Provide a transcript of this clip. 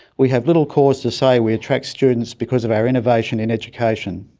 we have little cause to say we attract students because of our innovation in education.